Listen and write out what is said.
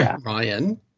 Ryan